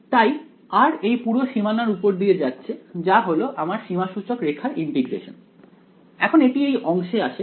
তাই r এই পুরো সীমানার উপর দিয়ে যাচ্ছে যা হল আমার সীমাসূচক রেখার ইন্টিগ্রেশন এখন এটি এই অংশে আসে